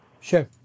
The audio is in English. Sure